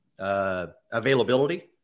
Availability